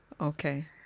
Okay